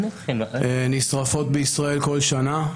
נשרפות בישראל כול שנה.